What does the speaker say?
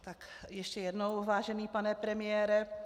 Tak ještě jednou, vážený pane premiére.